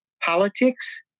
Politics